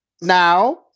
Now